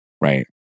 right